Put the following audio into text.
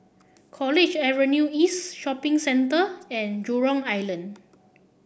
College Avenue East Shopping Centre and Jurong Island